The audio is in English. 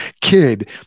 kid